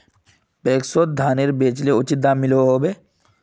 पैक्सोत धानेर बेचले उचित दाम मिलोहो होबे?